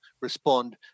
respond